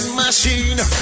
machine